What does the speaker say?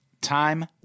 time